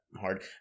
hard